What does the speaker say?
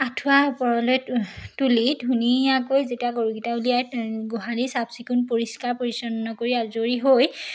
আঁঠুৱা ওপৰলৈ তুলি ধুনীয়াকৈ যেতিয়া গৰুকেইটা উলিয়াই গোহালি চাফ চিকুণ পৰিষ্কাৰ পৰিচ্ছন্ন কৰি আজৰি হৈ